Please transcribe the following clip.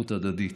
ערבות הדדית.